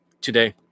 today